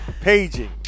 Paging